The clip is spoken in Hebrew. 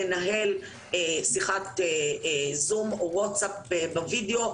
לנהל שיחת זום או וואטסאפ בווידאו,